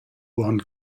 juan